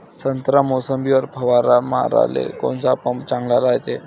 संत्रा, मोसंबीवर फवारा माराले कोनचा पंप चांगला रायते?